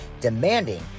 demanding